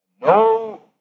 no